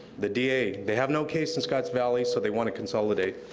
the da, they have no case in scots valley, so they wanna consolidate.